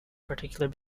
particular